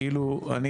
יש רק תעודת עולה.